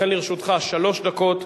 לכן לרשותך שלוש דקות.